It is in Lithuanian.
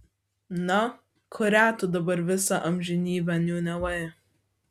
na kurią tu dabar visą amžinybę niūniavai